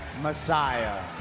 Messiah